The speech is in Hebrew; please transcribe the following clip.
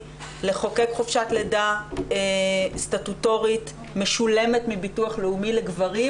לחוקק חופשת לידה סטטוטורית משולמת מביטוח לאומי לגברים,